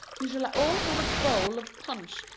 you shall all have a bowl of punch,